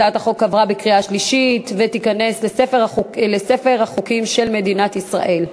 הצעת החוק עברה בקריאה שלישית ותיכנס לספר החוקים של מדינת ישראל.